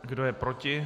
Kdo je proti?